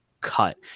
Cut